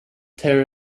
tear